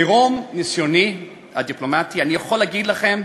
מרום ניסיוני הדיפלומטי אני יכול להגיד לכם,